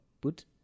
put